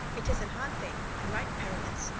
it is an hard thing, and right perilous,